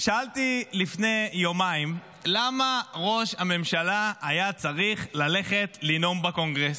שאלתי לפני יומיים למה ראש הממשלה היה צריך ללכת לנאום בקונגרס,